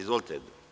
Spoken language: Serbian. Izvolite.